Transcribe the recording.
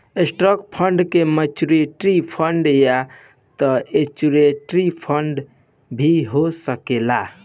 stock fund के mutual fund या त एक्सचेंज ट्रेड फंड भी हो सकेला